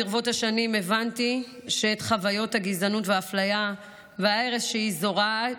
ברבות השנים הבנתי את חוויות הגזענות והאפליה ואת הרס שהיא זורעת,